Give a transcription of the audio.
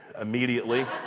immediately